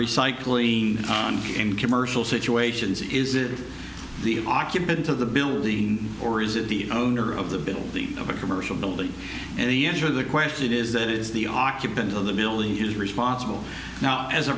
recycling in commercial situations is it the occupant of the building or is it the owner of the building of a commercial building and the answer the question it is that is the occupant of the building is responsible now as a